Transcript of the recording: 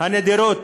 הנדירות